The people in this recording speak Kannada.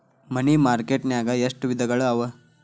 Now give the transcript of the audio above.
ಮನಿ ಮಾರ್ಕೆಟ್ ನ್ಯಾಗ್ ಎಷ್ಟವಿಧಗಳು ಅವ?